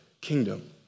kingdom